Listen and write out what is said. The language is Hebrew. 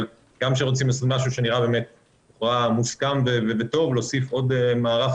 אבל כשרוצים לעשות משהו שנראה מוסכם ובטוב להוסיף עוד על מערך